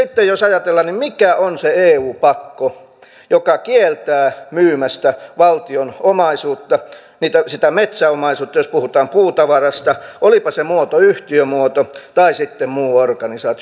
sitten jos ajatellaan niin mikä on se eu pakko joka kieltää myymästä valtion omaisuutta sitä metsäomaisuutta jos puhutaan puutavarasta olipa se muoto yhtiömuoto tai sitten muu organisaatio